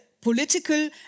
political